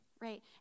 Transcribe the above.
right